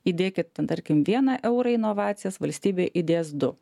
įdėkit ten tarkim vieną eurą į inovacijas valstybė įdės du